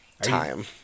time